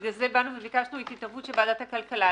לכן ביקשנו את התערבות ועדת הכלכלה.